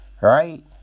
right